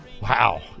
Wow